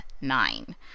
nine